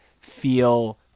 feel